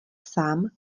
sám